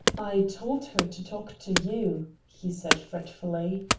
i told her to talk to you, he said fretfully.